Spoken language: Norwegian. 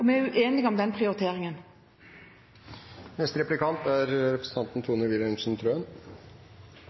vi er uenige om den prioriteringen. Representanten